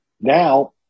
Now